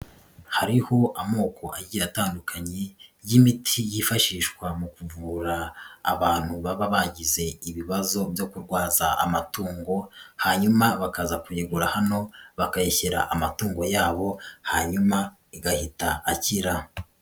Hariho amoko agiye atandukanye y'imiti yifashishwa mu kuvura abantu baba bagize ibibazo byo kurwaza amatungo hanyuma bakaza kuyigura hano bakayishyira amatungo yabo, hanyuma igahita akira.